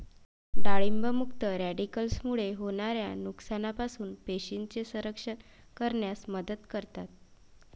डाळिंब मुक्त रॅडिकल्समुळे होणाऱ्या नुकसानापासून पेशींचे संरक्षण करण्यास मदत करतात